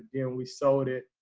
and we sold it,